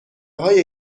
های